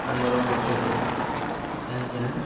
ଆମର କର୍ତ୍ତବ୍ୟ କାହିଁକି ନା